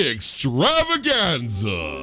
Extravaganza